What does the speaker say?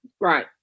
Right